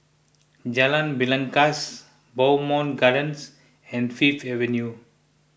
Jalan Belangkas Bowmont Gardens and Fifth Avenue